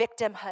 victimhood